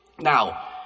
Now